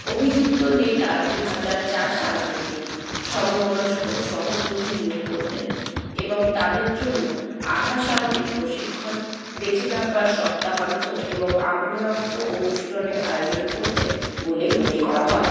অভিযুক্ত নেতা দুহাজার চার সাল থেকে সমমনস্ক সহকর্মী নিয়োগ করতেন এবং তাদের জন্য আধাসামরিক প্রশিক্ষণ বেঁচে থাকার সপ্তাহান্ত এবং আগ্নেয়াস্ত্র অনুশীলনের আয়োজন করতেন বলে মনে করা হয়